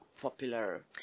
Popular